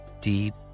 deep